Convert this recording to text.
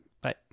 Bye